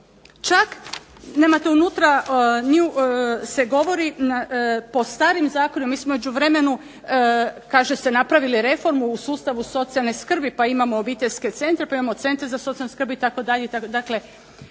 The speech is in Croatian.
Čak, nemate unutra, se govori, po starim zakonima, mi smo u međuvremenu napravili reformu socijalne skrbi pa imamo obiteljske centre, imamo centre za socijalnu skrb itd.,